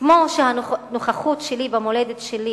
כמו שהנוכחות שלי במולדת שלי